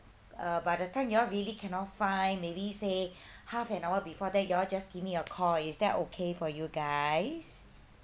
uh by the time you all really cannot find maybe say half an hour before that you all just give me a call is that okay for you guys